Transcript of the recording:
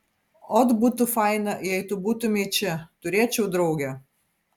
ot būtų faina jei tu būtumei čia turėčiau draugę